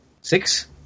Six